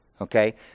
okay